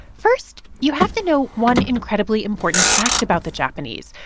first, you have to know one incredibly important fact about the japanese.